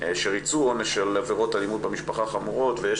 שריצו עונש על עבירות אלימות במשפחה חמורות ויש